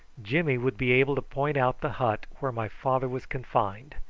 jimmy would be able to point out the hut where my father was confined,